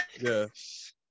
Yes